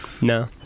No